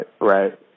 right